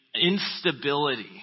instability